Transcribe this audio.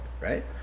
right